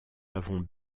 l’avons